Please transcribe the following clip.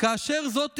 "כאשר זו תשלוט,